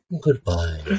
goodbye